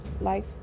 Life